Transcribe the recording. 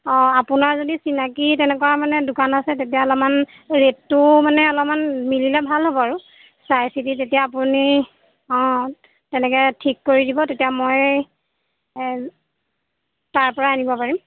অঁ আপোনাৰ যদি চিনাকি তেনেকুৱা মানে দোকান আছে তেতিয়া অলমান ৰেটটো মানে অলমান মিলিলে ভাল হ'ব আৰু চাই চিটি তেতিয়া আপুনি অঁ তেনেকৈ ঠিক কৰি দিব তেতিয়া মই তাৰপৰাই আনিব পাৰিম